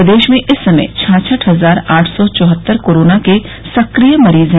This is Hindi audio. प्रदेश में इस समय छाछठ हजार आठ सौ चौहत्तर कोरोना के सक्रिय मरीज है